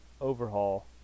overhaul